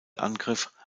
angriff